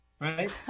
Right